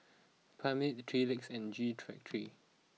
Palmer's Three Legs and G three three